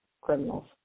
criminals